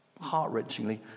heart-wrenchingly